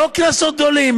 לא קנסות גדולים,